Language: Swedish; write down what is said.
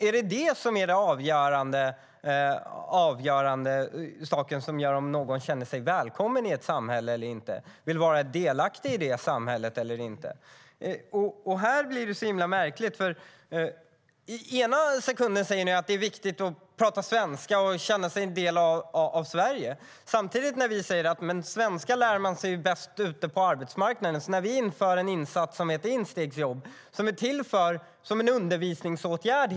Är detta det avgörande för om någon känner sig välkommen i ett samhälle eller inte och vill vara delaktig i det samhället eller inte? Det är märkligt. Ena sekunden säger ni att det är viktigt att tala svenska och känna sig som en del av Sverige. Vi säger att svenska lär man sig bäst på arbetsmarknaden och inför en insats som heter instegsjobb. Det är en undervisningsåtgärd.